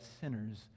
sinners